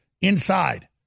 inside